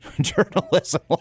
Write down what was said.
journalism